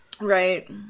Right